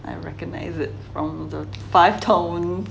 I recognize it from the five tone